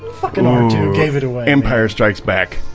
gave it ah empire strikes back.